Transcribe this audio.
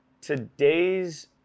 Today's